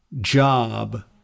job